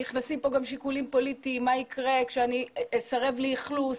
נכנסים כאן גם שיקולים פוליטיים שלמה יקרה כשאני אסרב לאכלוס.